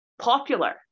popular